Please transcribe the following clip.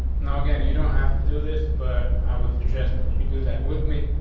no. again, you don't have to do this, but i would suggest that you do that with me.